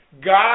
God